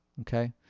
Okay